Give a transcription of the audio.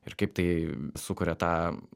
ir kaip tai sukuria tą